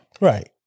Right